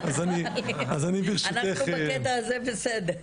יידע הציבור מי מדווח ומי